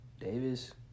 Davis